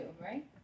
right